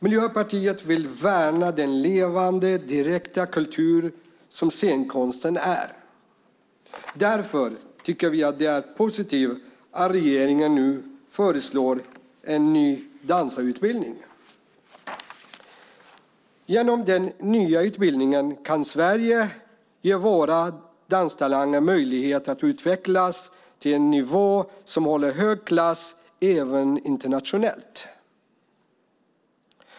Miljöpartiet vill värna den levande direkta kultur som scenkonsten är. Därför tycker vi att det är positivt att regeringen nu föreslår en ny dansarutbildning. Genom den nya utbildningen kan Sverige ge sina danstalanger möjlighet att utvecklas till en nivå som håller hög klass även internationellt.